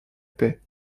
paix